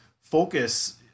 focus